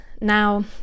Now